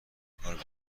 کار